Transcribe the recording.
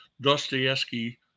Dostoevsky